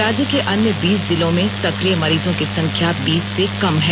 राज्य के अन्य बीस जिलों में सक्रिय मरीजों की संख्या बीस से कम है